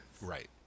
Right